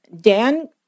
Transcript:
Dan